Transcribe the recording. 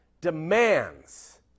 Demands